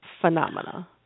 phenomena